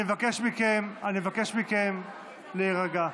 אני מבקש מכם להירגע.